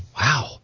Wow